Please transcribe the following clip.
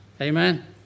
Amen